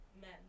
Men